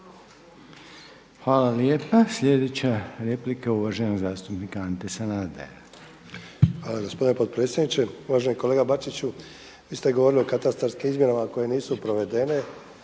Hvala lijepa. Sljedeća replika je uvaženog zastupnika Ante Sanadera. **Sanader, Ante (HDZ)** Hvala gospodine potpredsjedniče. Uvaženi kolega Bačiću, vi ste govorili o katastarskim izmjerama koje nisu provedene